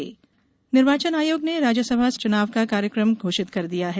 राज्यसभा चुनाव निर्वाचन आयोग ने राज्यसभा चुनाव का कार्यक्रम घोषित कर दिया है